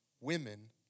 women